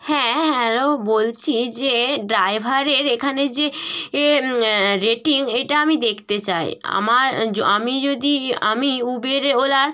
হ্যাঁ হ্যালো বলছি যে ড্রাইভারের এখানে যে এ রেটিং এটা আমি দেখতে চাই আমার আমি যদি আমি উবের ওলার